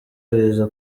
biza